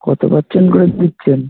কত পার্সেন্ট করে দিচ্ছেন